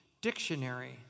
Dictionary